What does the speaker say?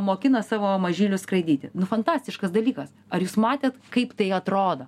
mokina savo mažylius skraidyti nu fantastiškas dalykas ar jūs matėt kaip tai atrodo